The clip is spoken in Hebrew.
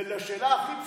ולשאלה הכי פשוטה: